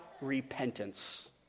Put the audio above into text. repentance